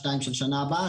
שניים של שנה הבאה,